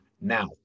Now